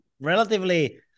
relatively